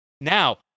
Now